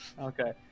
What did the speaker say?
Okay